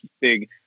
big